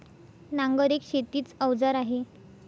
नांगर एक शेतीच अवजार आहे